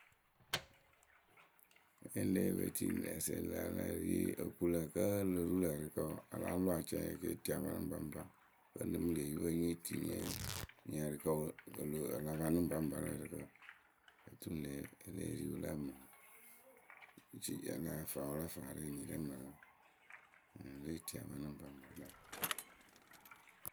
e le pe tii nɛ asɛ ŋlǝ̈ le ri o ku lǝ kǝ́ o lo ru lǝ́ ǝrɨkǝ wǝ a láa lɔ acɛɛyǝ kɨ etii a panɨ ŋpaŋpa wǝ́ nǝ mǝ lë epipǝ nye tii nyǝ nyɩŋ ǝrɨkǝ wǝ q la panɨ ŋpaŋpa rɨ ǝrɨkǝ otu le e lee ri wɨ lǝ otui ka faa wɨla faawǝ rɨ eniyǝ rɛ mǝrǝ e lée tii a panǝ ŋpaŋpa kpɛŋ